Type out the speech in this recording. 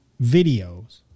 videos